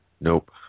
Nope